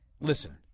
Listen